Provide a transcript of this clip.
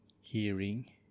hearing